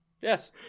Yes